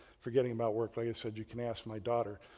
forgetting about work, like i said, you can ask my daughter.